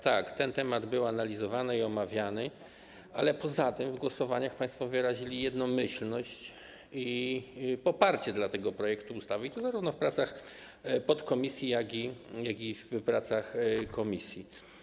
Tak, ten temat był analizowany i omawiany, ale poza tym w głosowaniach państwo jednomyślnie wyrazili poparcie dla tego projektu ustawy, i to zarówno w pracach podkomisji, jak i w pracach komisji.